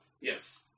Yes